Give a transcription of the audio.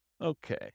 Okay